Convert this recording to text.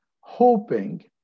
hoping